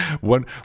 one